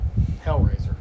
Hellraiser